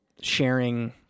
sharing